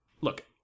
Look